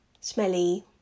smelly